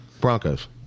Broncos